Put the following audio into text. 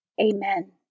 Amen